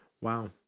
Wow